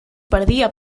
perdia